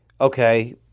okay